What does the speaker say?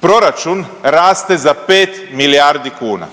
proračun raste za 5 milijardi kuna.